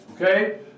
Okay